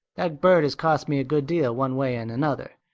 that bird has cost me a good deal one way and another.